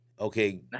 okay